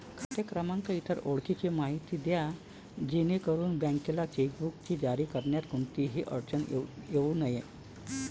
खाते क्रमांक, इतर ओळखीची माहिती द्या जेणेकरून बँकेला चेकबुक जारी करण्यात कोणतीही अडचण येऊ नये